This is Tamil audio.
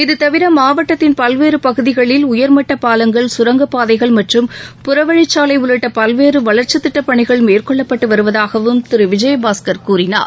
இதுதவிர மாவட்டத்தின் பல்வேறு பகுதிகளில் உயர்மட்ட பாலங்கள் சுரங்கப்பாதைகள் மற்றும் புறவழிச்சாலை உள்ளிட்ட பல்வேற வளர்ச்சித் திட்டப்பணிகள் மேற்கொள்ளப்பட்டு வருவதாகவும் திரு விஜயபாஸ்கர் கூறினார்